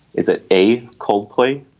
is it a, coldplay,